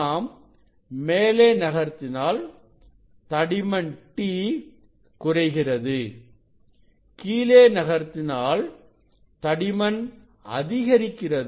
நாம் மேலே நகர்த்தினாள் தடிமன் t குறைகிறது கீழே நகர்த்தினாள் தடிமன் அதிகரிக்கிறது